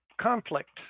conflict